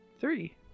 Three